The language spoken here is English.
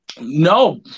No